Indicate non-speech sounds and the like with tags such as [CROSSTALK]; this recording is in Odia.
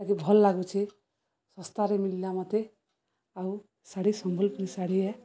[UNINTELLIGIBLE] ଭଲ ଲାଗୁଛି ଶସ୍ତାରେ ମିଳିଲା ମୋତେ ଆଉ ଶାଢ଼ୀ ସମ୍ବଲପୁର ଶାଢ଼ୀ